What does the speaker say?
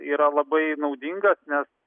yra labai naudingas nes